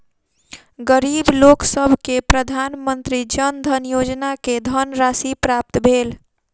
गरीब लोकसभ के प्रधानमंत्री जन धन योजना के धनराशि प्राप्त भेल